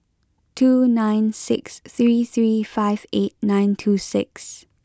two nine six three three five eight nine two six